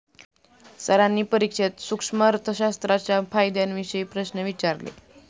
सरांनी परीक्षेत सूक्ष्म अर्थशास्त्राच्या फायद्यांविषयी प्रश्न विचारले